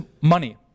money